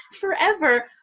forever